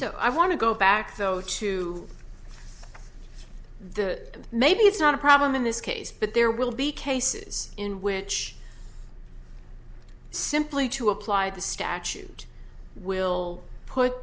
so i want to go back though to the maybe it's not a problem in this case but there will be cases in which simply to apply the statute will put